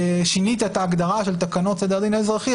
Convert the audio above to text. ושינית את ההגדרה של תקנות הדין האזרחי,